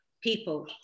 people